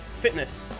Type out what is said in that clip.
fitness